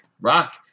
Rock